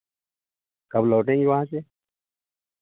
कब लौटेंगी वहाँ से